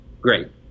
Great